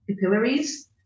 capillaries